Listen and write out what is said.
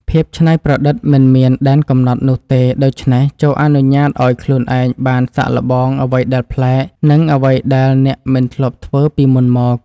ភាពច្នៃប្រឌិតមិនមានដែនកំណត់នោះទេដូច្នេះចូរអនុញ្ញាតឱ្យខ្លួនឯងបានសាកល្បងអ្វីដែលប្លែក និងអ្វីដែលអ្នកមិនធ្លាប់ធ្វើពីមុនមក។